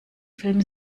film